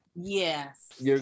Yes